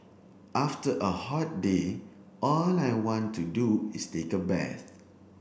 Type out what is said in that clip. after a hot day all I want to do is take a bath